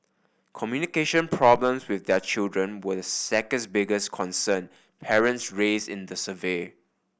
communication problems with their children were the second biggest concern parents raise in the survey